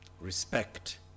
respect